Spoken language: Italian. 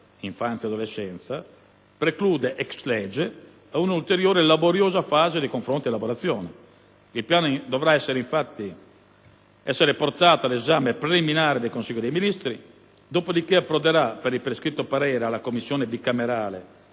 l'infanzia e l'adolescenza prelude *ex lege* ad un'ulteriore, laboriosa fase di confronto ed elaborazione. Il Piano dovrà essere infatti portato all'esame preliminare dei Consiglio dei ministri, dopodiché approderà, per il prescritto parere, alla Commissione bicamerale